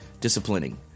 disciplining